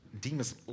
Demas